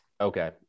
Okay